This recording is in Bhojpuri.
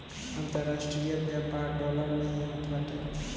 अन्तरराष्ट्रीय व्यापार डॉलर में ही होत बाटे